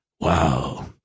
Wow